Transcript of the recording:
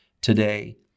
today